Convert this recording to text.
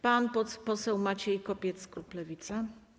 Pan poseł Maciej Kopiec, klub Lewica.